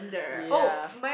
ya